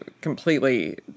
completely